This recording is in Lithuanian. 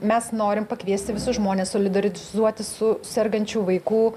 mes norime pakviest visus žmones solidarizuotis su sergančių vaikų